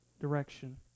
direction